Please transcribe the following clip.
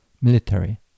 military